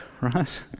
right